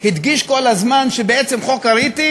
הדגיש כל הזמן שבעצם חוק הריטים